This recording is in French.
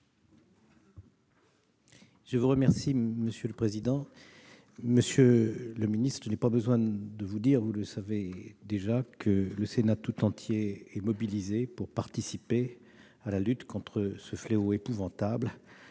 de tous. La parole est à M. le rapporteur. Monsieur le ministre, je n'ai pas besoin de vous le dire, car vous le savez déjà, le Sénat tout entier est mobilisé pour participer à la lutte contre ce fléau épouvantable